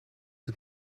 het